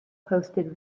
hosted